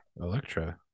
Electra